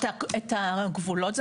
את הגבולות?